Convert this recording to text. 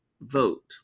vote